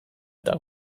eta